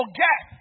get